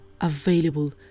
available